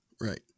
right